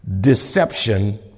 deception